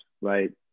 right